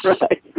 Right